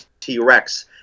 t-rex